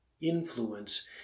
influence